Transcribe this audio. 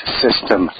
system